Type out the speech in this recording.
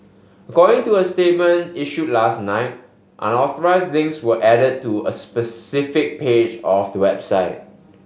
according to a statement issued last night unauthorised links were added to a specific page of the website